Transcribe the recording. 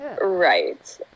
Right